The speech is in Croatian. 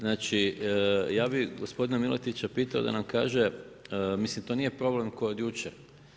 Znači ja bih gospodina Miletića pitao da nam kaže, mislim to nije problem koji je od jučer.